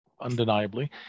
undeniably